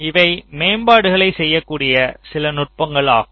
இவை மேம்பாடுகளை செய்யக்கூடிய சில நுட்பங்கள் ஆகும்